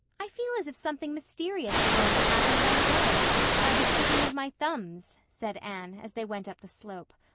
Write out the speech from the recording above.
i feel as if something mysterious were going to happen right away by the pricking of my thumbs said anne, as they went up the slope.